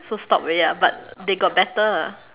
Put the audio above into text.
so stop already ah but they got better